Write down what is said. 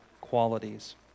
qualities